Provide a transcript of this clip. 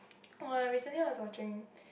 oh recently I was watching